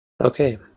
Okay